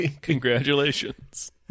Congratulations